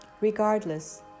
Regardless